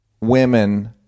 women